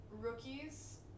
rookies